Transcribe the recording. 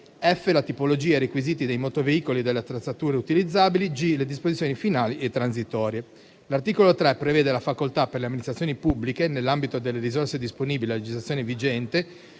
la tipologia e i requisiti dei motoveicoli e delle attrezzature utilizzabili; le disposizioni finali e transitorie. L'articolo 3 prevede la facoltà per le amministrazioni pubbliche, nell'ambito delle risorse disponibili a legislazione vigente,